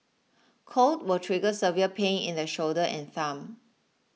cold will trigger severe pain in the shoulder and thumb